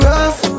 Rough